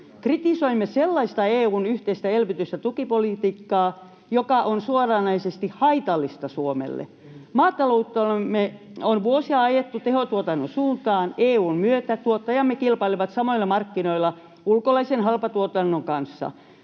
Kritisoimme sellaista EU:n yhteistä elvytys- ja tukipolitiikkaa, joka on suoranaisesti haitallista Suomelle. Maatalouttamme on vuosia ajettu tehotuotannon suuntaan. EU:n myötä tuottajamme kilpailevat samoilla markkinoilla ulkolaisen halpatuotannon kanssa.